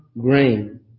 grain